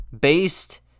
based